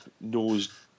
knows